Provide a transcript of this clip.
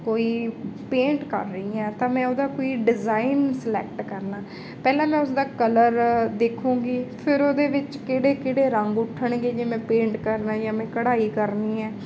ਕੋਈ ਪੇਂਟ ਕਰ ਰਹੀ ਹਾਂ ਤਾਂ ਮੈਂ ਉਹਦਾ ਕੋਈ ਡਿਜ਼ਾਈਨ ਸਲੈਕਟ ਕਰਨਾ ਪਹਿਲਾਂ ਮੈਂ ਉਸਦਾ ਕਲਰ ਦੇਖੂੰਗੀ ਫਿਰ ਉਹਦੇ ਵਿੱਚ ਕਿਹੜੇ ਕਿਹੜੇ ਰੰਗ ਉੱਠਣਗੇ ਜਿਵੇਂ ਪੇਂਟ ਕਰਨਾ ਜਾਂ ਮੈਂ ਕਢਾਈ ਕਰਨੀ ਹੈ